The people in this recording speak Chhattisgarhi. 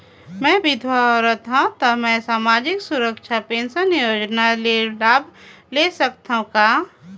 मैं विधवा औरत हवं त मै समाजिक सुरक्षा पेंशन योजना ले लाभ ले सकथे हव का?